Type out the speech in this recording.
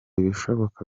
ibishoboka